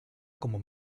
como